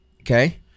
Okay